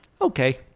Okay